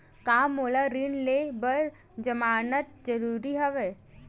का मोला ऋण ले बर जमानत जरूरी हवय?